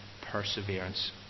perseverance